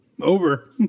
over